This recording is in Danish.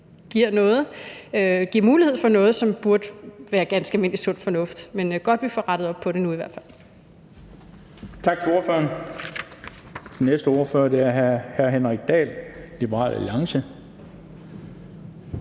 giver mulighed for noget, som burde være ganske almindelig sund fornuft – men godt, vi får rettet op på det nu i hvert fald.